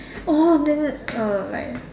oh then uh like